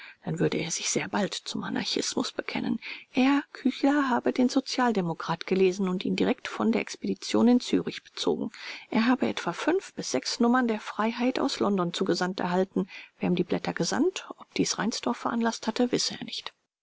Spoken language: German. dann würde er sich sehr bald zum anarchismus bekennen er küchler habe den sozial demokrat gelesen und ihn direkt von der expedition in zürich bezogen er habe etwa bis nummern der freiheit aus london zugesandt erhalten wer ihm die blätter gesandt ob dies reinsdorf veranlaßt hatte wisse er nicht